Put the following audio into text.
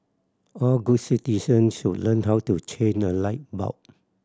all good citizens should learn how to change a light bulb